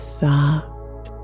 soft